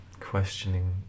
Questioning